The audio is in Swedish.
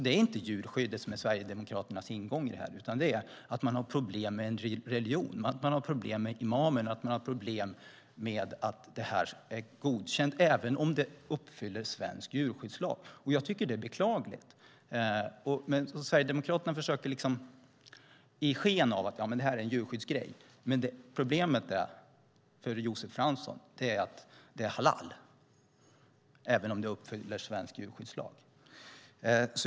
Det är inte djurskyddet som är Sverigedemokraternas ingång i detta, utan man har problem med en religion, problem med imamer, problem med att detta kött är godkänt om det uppfyller svensk djurskyddslag. Jag tycker att det är beklagligt. Sverigedemokraterna försöker ge sken av att det är en djurskyddsfråga. Men problemet för Josef Fransson är att det är halal, även om det uppfyller svensk djurskyddslag.